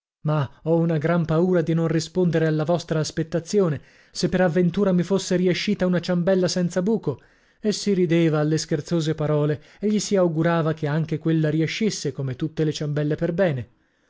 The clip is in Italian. ma ho una gran paura di non rispondere alla vostra aspettazione se per avventura mi fosse riescita una ciambella senza buco e si rideva alle scherzose parole e gli si augurava che anche quella riescisse come tutte le ciambelle per bene